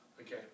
Okay